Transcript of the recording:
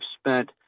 spent